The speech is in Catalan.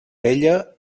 bella